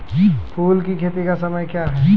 फुल की खेती का समय क्या हैं?